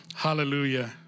Hallelujah